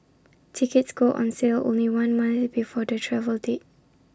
tickets go on sale only one month before the travel date